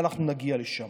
אבל אנחנו נגיע לשם.